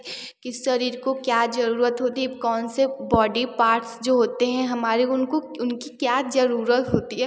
किस शरीर को क्या ज़रुरत होती है कौन से बॉडी पार्ट्स जो होते हैं हमारे उनको उनकी क्या ज़रुरत होती है